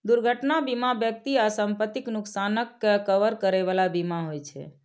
दुर्घटना बीमा व्यक्ति आ संपत्तिक नुकसानक के कवर करै बला बीमा होइ छे